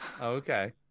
Okay